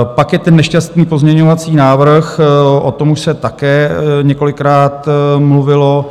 Pak je ten nešťastný pozměňovací návrh, o tom už se také několikrát mluvilo.